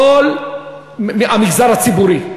כל המגזר הציבורי,